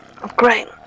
Great